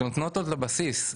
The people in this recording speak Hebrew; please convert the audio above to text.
שנותנות לו בסיס.